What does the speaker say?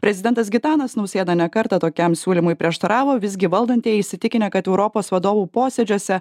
prezidentas gitanas nausėda ne kartą tokiam siūlymui prieštaravo visgi valdantieji įsitikinę kad europos vadovų posėdžiuose